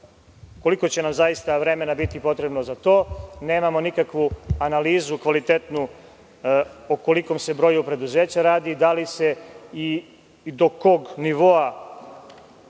koliko će nam zaista vremena biti potrebno za to, nemamo nikakvu analizu o kojem se broju preduzeća radi, da li se i do kog nivoa